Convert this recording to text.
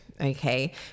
okay